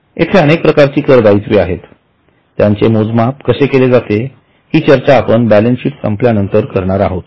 येथे अनेक प्रकारची करदायित्वे आहेत त्याचे मोजमाप कसे केले जाते हि चर्चा आपण बॅलन्सशीट संपल्यानंतर करणार आहोत